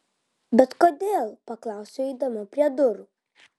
bet kodėl paklausiau eidama prie durų